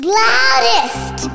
loudest